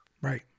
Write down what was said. right